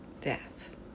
death